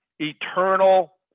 eternal